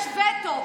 יש וטו.